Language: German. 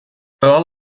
earl